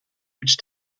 which